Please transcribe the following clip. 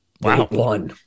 wow